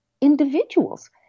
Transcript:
individuals